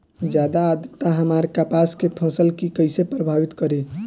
ज्यादा आद्रता हमार कपास के फसल कि कइसे प्रभावित करी?